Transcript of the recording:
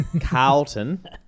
Carlton